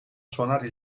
suonare